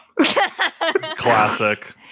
Classic